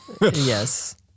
Yes